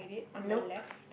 nope